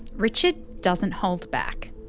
richard doesn't hold back.